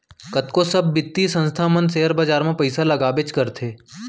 कतको सब बित्तीय संस्था मन सेयर बाजार म पइसा लगाबेच करथे